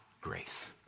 grace